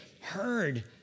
heard